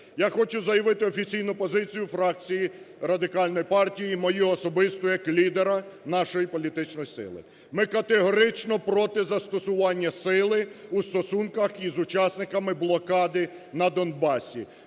Я хочу заявити офіційну позицію фракції Радикальної партії і мою особисту як лідера нашої політичної сили. Ми категорично проти застосування сили у стосунках із учасниками блокади на Донбасі.